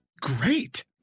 great